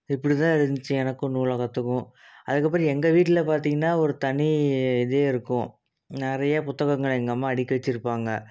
இப்படி தான் இருந்திச்சு எனக்கும் நூலகத்துக்கும் அதுக்கப்புறம் எங்கள் வீட்டில் பார்த்திங்கனா ஒரு தனி இதே இருக்கும் நிறைய புத்தகங்கள் எங்கள் அம்மா அடிக்கி வச்சிருப்பாங்க